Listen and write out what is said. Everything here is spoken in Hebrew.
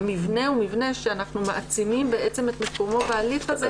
המבנה הוא שאנחנו מעצימים את מקומו בהליך הזה,